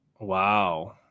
Wow